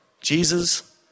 Jesus